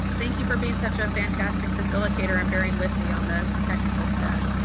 thank you for being such a fantastic facilitator and bearing with me on the technical stuff.